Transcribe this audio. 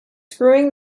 screwing